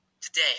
Today